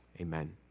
Amen